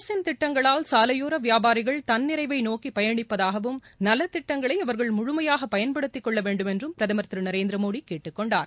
அரசின் திட்டங்களால் சாலையோர வியாபாரிகள் தன்ளிறைவை நோக்கி பயனிப்பதாகவும் நலத்திட்டங்களை அவர்கள் முழுமையாக பயன்படுத்திக் கொள்ள வேண்டும் என்றும் பிரதமர் திரு நரேந்திர மோடி கேட்டுக் கொண்டார்